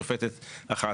שופטת אחת,